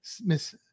Miss